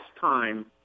time